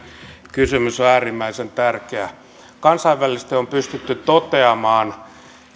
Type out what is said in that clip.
kysymys on äärimmäisen tärkeä kansainvälisesti on pystytty toteamaan